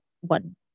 one